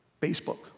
Facebook